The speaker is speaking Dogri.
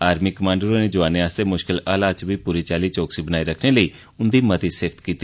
आर्मी कमांडर होरें जोआनें आस्तै मुश्कल हालात च बी पूरी चाल्ली चौकसी बनाए रक्खने लेई उन्दी बड़ा सिफत कीती